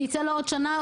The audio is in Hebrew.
זה יצא לו עוד שנה,